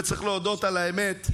צריך להודות על האמת,